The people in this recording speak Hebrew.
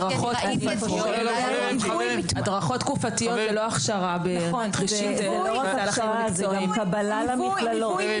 זאת לא הכשרה זה קבלה למכללות.